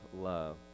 love